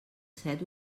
set